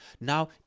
Now